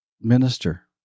minister